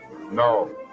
No